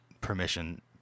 permission